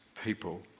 people